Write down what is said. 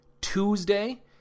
Tuesday